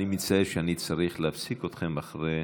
אני מצטער שאני צריך להפסיק אתכם אחרי,